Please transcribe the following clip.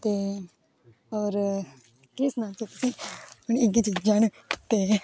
ते होर केह् सनाचै तुसें गी हून इ'यै चीजां न ते